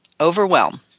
Overwhelm